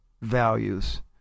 values